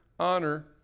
honor